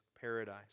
paradise